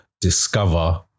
discover